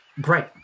Great